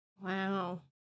Wow